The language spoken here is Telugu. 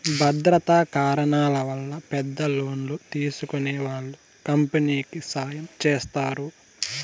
భద్రతా కారణాల వల్ల పెద్ద లోన్లు తీసుకునే వాళ్ళు కంపెనీకి సాయం చేస్తారు